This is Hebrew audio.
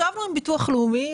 ישבנו עם ביטוח לאומי.